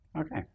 Okay